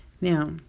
Now